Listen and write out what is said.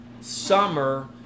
summer